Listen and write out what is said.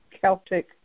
Celtic